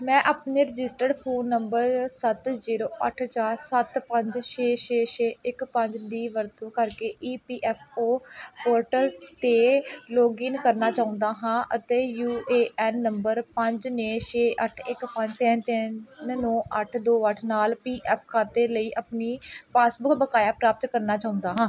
ਮੈਂ ਆਪਣੇ registered phone number ਸੱਤ ਜ਼ੀਰੋ ਅੱਠ ਚਾਰ ਸੱਤ ਪੰਜ ਛੇ ਛੇ ਛੇ ਇੱਕ ਪੰਜ ਦੀ ਵਰਤੋਂ ਕਰਕੇ E P F O portal 'ਤੇ ਲੌਗਇਨ ਕਰਨਾ ਚਾਹੁੰਦਾ ਹਾਂ ਅਤੇ ਯੂ ਏ ਐਨ ਨੰਬਰ ਪੰਜ ਨੇ ਛੇ ਅੱਠ ਇੱਕ ਪੰਜ ਤਿੰਨ ਤਿੰਨ ਨੌਂ ਅੱਠ ਦੋ ਅੱਠ ਨਾਲ ਪੀ ਐਫ ਖਾਤੇ ਲਈ ਆਪਣੀ ਪਾਸਬੁੱਕ ਬਕਾਇਆ ਪ੍ਰਾਪਤ ਕਰਨਾ ਚਾਹੁੰਦਾ ਹਾਂ